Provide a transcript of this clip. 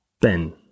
Ben